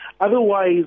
Otherwise